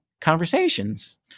conversations